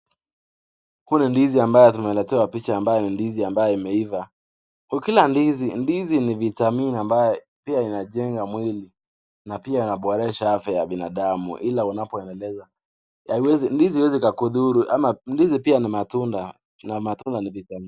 Huu ni ndizi ambayo tumeletewa picha, ambayo ni ndizi ambayo imeiva. Ukila ndizi, ndizi ni vitamini ambayo pia inajenga mwili, na pia inaboresha afya ya binadamu. Ila unapoendeleza, haiwezi, ndizi haiwezi ikakudhuru ama ndizi pia ni matunda na matunda ni vitamini.